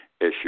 issue